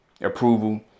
approval